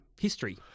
history